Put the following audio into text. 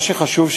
מה שחשוב,